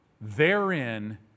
Therein